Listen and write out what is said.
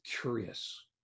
curious